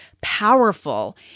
powerful